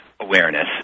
awareness